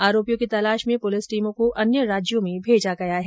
आरोपियों की तलाश में पुलिस टीमों को अन्य राज्यों में भेजा गया है